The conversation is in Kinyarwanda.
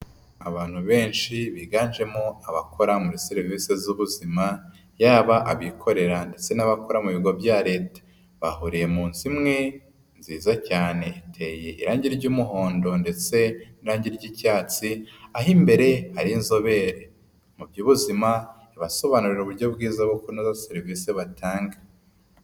Abantu benshi biganjemo abakora muri serivise z'ubuzima, yaba abikorera ndetse n'abakora mu bigo bya leta. Bahuriye munzu imwe, nziza cyane iteye irangi ry'umuhondo ndetse n'irangi ry'icyatsi, aho imbere ari inzobere, mu by'ubuzima, ibasobanura uburyo bwiza bwo kunoza serivise batanga.